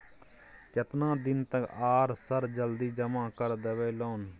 केतना दिन तक आर सर जल्दी जमा कर देबै लोन?